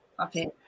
Okay